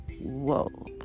Whoa